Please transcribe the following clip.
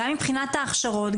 גם מבחינת ההכשרות,